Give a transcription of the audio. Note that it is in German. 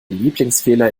lieblingsfehler